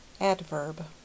Adverb